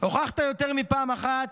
הוכחת יותר מפעם אחת